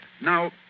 Now